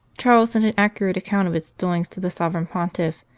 charles sent an accurate account of its doings to the sovereign pontiff,